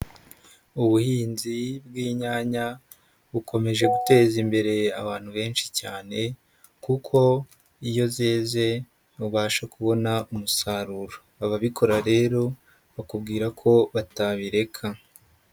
Ubuhinzi bw'inyanya bukomeje guteza imbere abantu benshi cyane kuko iyo zeze ubasha kubona umusaruro, ababikora rero bakubwira ko batabireka.